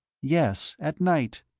yes, at night.